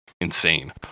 insane